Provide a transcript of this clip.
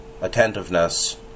attentiveness